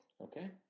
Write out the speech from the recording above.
okay